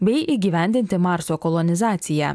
bei įgyvendinti marso kolonizaciją